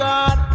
God